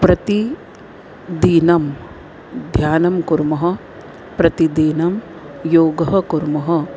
प्रतिदिनं ध्यानं कुर्मः प्रतिदिनं योगः कुर्मः